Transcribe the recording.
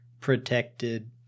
protected